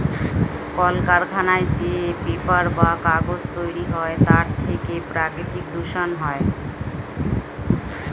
কলকারখানায় যে পেপার বা কাগজ তৈরি হয় তার থেকে প্রাকৃতিক দূষণ হয়